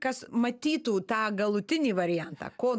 kas matytų tą galutinį variantą ko